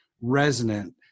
resonant